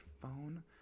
phone